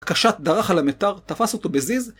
קשת דרך על המיתר, תפס אותו בזיז,